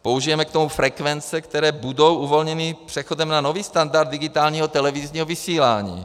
Použijeme k tomu frekvence, které budou uvolněny přechodem na nový standard digitálního televizního vysílání.